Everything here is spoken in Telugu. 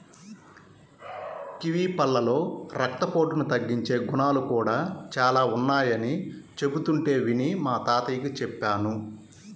కివీ పళ్ళలో రక్తపోటును తగ్గించే గుణాలు కూడా చానా ఉన్నయ్యని చెబుతుంటే విని మా తాతకి చెప్పాను